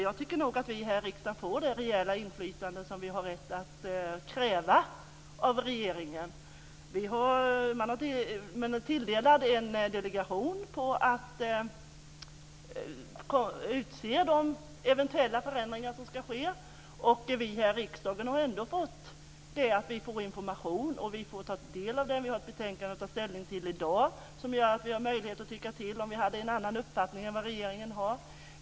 Jag tycker nog att vi här i riksdagen får det rejäla inflytande som vi har rätt att kräva av regeringen. Man är tilldelad en delegation att peka ut de eventuella förändringar som ska ske. Vi får information som vi kan ta del av, och vi har ett betänkande att ta ställning till i dag som gör att vi har möjligheten att tycka till om vi har en annan uppfattning än regeringen.